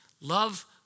love